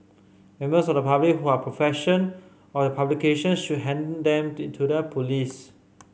members of the public who are possession of the publication should hand them to the police